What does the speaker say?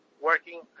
working